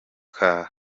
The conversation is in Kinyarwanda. cane